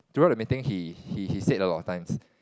throughout the meeting he he he said a lot of times